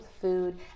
food